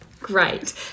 great